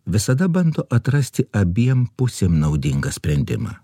visada bando atrasti abiem pusėm naudingą sprendimą